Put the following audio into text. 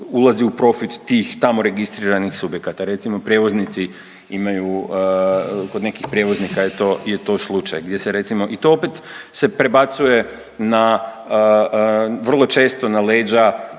ulazi u profit tih tamo registriranih subjekata, recimo prijevoznici imaju, kod nekih prijevoznika je to, je to slučaj gdje se recimo, i to opet se prebacuje na, vrlo često na leđa